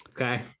Okay